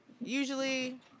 usually